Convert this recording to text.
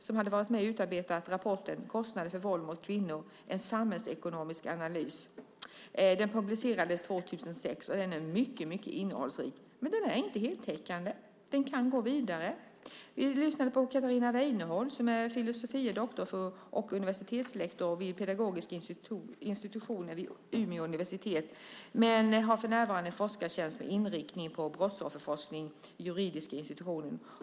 Hon är en av dem som utarbetat rapporten Kostnader för våld mot kvinnor: En samhällsekonomisk analys . Den publicerades 2006 och är mycket innehållsrik. Den är dock inte heltäckande. Den kan utökas. Vi lyssnade också på Katarina Weinehall som är filosofie doktor och universitetslektor vid pedagogiska institutionen vid Umeå universitet. För närvarande har hon dock en forskartjänst med inriktning på brottsofferforskning vid juridiska institutionen.